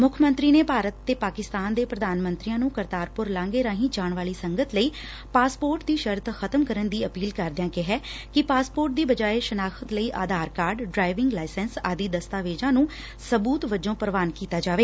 ਮੱਖ ਮੰਤਰੀ ਨੇ ਭਾਰਤ ਤੇ ਪਾਕਿਸਤਾਨ ਦੇ ਪੁਧਾਨ ਮੰਤਰੀਆਂ ਨੂੰ ਕਰਤਾਰਪੁਰ ਲਾਂਘੇ ਰਾਹੀ ਜਾਣ ਵਾਲੀ ਸੰਗਤ ਲਈ ਪਾਸਪੋਰਟ ਦੀ ਸ਼ਰਤ ਖਤਮ ਕਰਨ ਦੀ ਅਪੀਲ ਕਰਦਿਆਂ ਕਿਹਾ ਕਿ ਪਾਸਪੋਰਟ ਦੀ ਬਜਾਏ ਸ਼ਨਾਖ਼ਤ ਲਈ ਆਧਾਰ ਕਾਰਡ ਡਰਾਈਵਿੰਗ ਲਾਇਸੰਸ ਆਦਿ ਦਸਤਾਵੇਜ਼ਾਂ ਨੂੰ ਸਬੁਤ ਵਜੋਂ ਪ੍ਰਵਾਨ ਕੀਤਾ ਜਾਵੇ